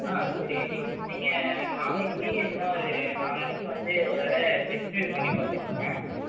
சரி நீங்கள் நாளைக்கு இல்லைனா ஒரு நாளானிக்கு வந்து ஒரு தடவை டெஸ்ட் டிரைவ் பண்ணி பார்த்துக்கங்க